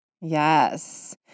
Yes